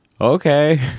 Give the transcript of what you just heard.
okay